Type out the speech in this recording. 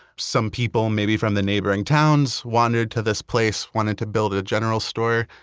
some people, maybe from the neighboring towns, wandered to this place, wanted to build a general store,